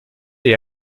est